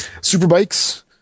Superbikes